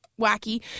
wacky